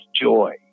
joy